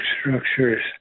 structures